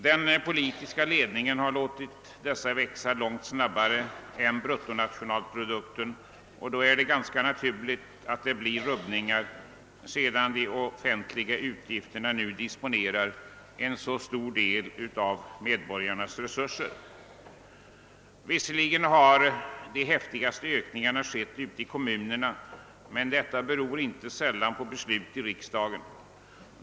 Den politiska ledningen har låtit dessa växa långt snabbare än bruttonationalprodukten, och det är ganska naturligt att det blir rubbningar då de offentliga utgifterna upptar en så stor del av medborgarnas resurser. Visserligen har de häftigaste ökningarna skett i kommunerna, men detta beror inte sällan på beslut i riksdagen.